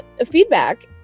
feedback